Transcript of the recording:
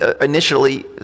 initially